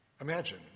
Imagine